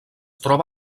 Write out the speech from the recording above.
troba